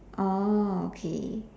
oh okay